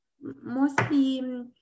mostly